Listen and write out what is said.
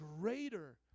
greater